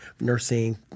nursing